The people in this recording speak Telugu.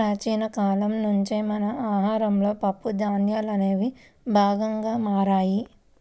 ప్రాచీన కాలం నుంచే మన ఆహారంలో పప్పు ధాన్యాలనేవి భాగంగా మారాయి